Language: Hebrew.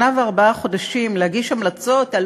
שנה וארבעה חודשים להגיש המלצות על